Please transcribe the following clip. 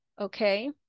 okay